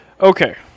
Okay